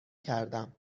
کردم